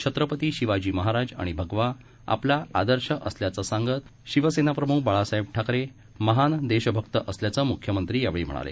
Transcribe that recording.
छत्रपती शिवाजी महाराज आणि भगवा आपला आदर्श असल्याचे सांगत माजी शिवसेनाप्रमुख बाळासाहेब ठाकरे महान देशभक्त असल्याचं मुख्यमंत्र्यांनी यावेळी म्हणाले